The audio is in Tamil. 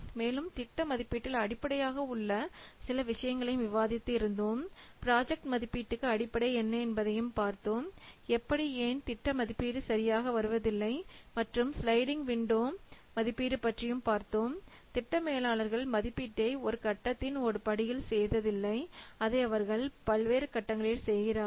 மேலும் திட்ட மதிப்பீட்டில் அடிப்படையாக உள்ள சில விஷயங்களையும் விவாதித்து இருந்தோம் பிராஜக்ட் மதிப்பீட்டுக்கு அடிப்படை என்ன என்பதையும் பார்த்தோம் எப்படி ஏன் திட்ட மதிப்பீடு சரியாக வருவதில்லை மற்றும் ஸ்லைடிங் விண்டோ மதிப்பீடு பற்றியும் பார்த்தோம்திட்ட மேலாளர்கள் மதிப்பீட்டை ஒரு கட்டத்தின் ஒரு படியில் செய்ததில்லை அதை அவர்கள் பல்வேறு கட்டங்களில் செய்கிறார்கள்